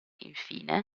infine